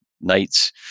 nights